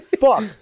fuck